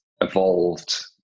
evolved